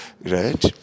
right